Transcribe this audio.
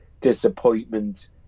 disappointment